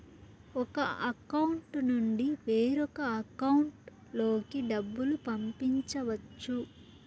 ఒక అకౌంట్ నుండి వేరొక అకౌంట్ లోకి డబ్బులు పంపించవచ్చు